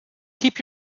keep